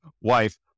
wife